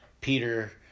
Peter